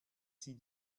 sie